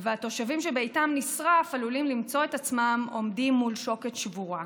והתושבים שביתם נשרף עלולים למצוא עצמם עומדים מול שוקת שבורה.